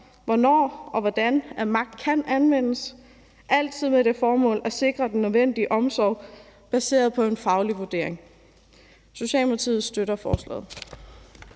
hvornår og hvordan magt kan anvendes, altid med det formål at sikre den nødvendige omsorg baseret på en faglig vurdering. Socialdemokratiet støtter forslaget.